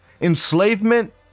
enslavement